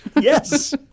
Yes